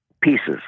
pieces